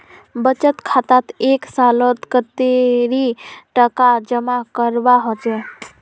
बचत खातात एक सालोत कतेरी टका जमा करवा होचए?